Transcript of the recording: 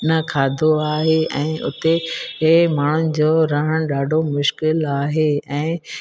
न खाधो आहे ऐं उते टे माण्हुनि जो रहणु ॾाढो मुश्किल आहे ऐं